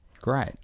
Great